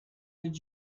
did